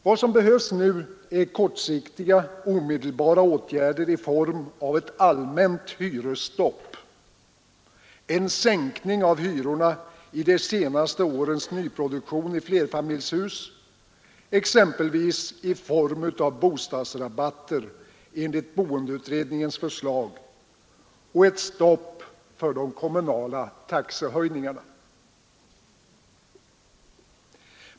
Vad som behövs nu är kortsiktiga, omedelbara åtgärder i form av ett allmänt hyresstopp, en sänkning av hyrorna i de senaste årens nyproduktion i flerfamiljshus, exempelvis i form av bostadsrabatter enligt boendeutredningens förslag, och ett stopp för de kommunala taxehöjningarna.